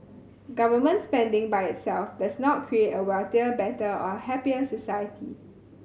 government spending by itself does not create a wealthier better or a happier society